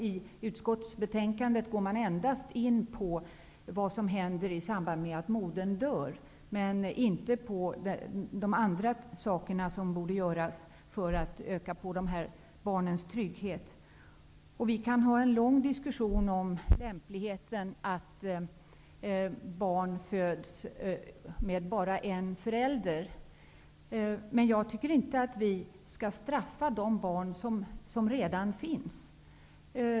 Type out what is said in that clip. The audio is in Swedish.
I utskottsbetänkandet går man endast in på vad som händer i samband med att modern dör och inte på de andra saker som borde göras för att öka på tryggheten för dessa barn. Vi kan ha en lång diskussion om lämpligheten att barn föds med bara en förälder. Jag tycker inte att vi i den diskussionen skall straffa de barn som redan finns.